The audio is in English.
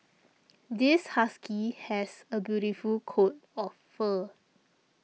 this husky has a beautiful coat of fur